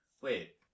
wait